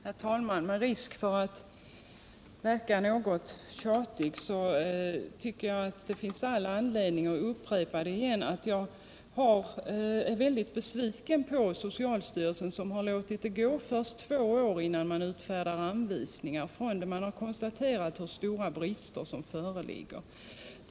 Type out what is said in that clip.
Herr talman! Med risk för att verka något tjatig tycker jag det finns all anledning att upprepa att jag är väldigt besviken på socialstyrelsen som först låtit det gå två år från det man konstaterat de stora brister som föreligger tills man utfärdat anvisningar.